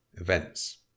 events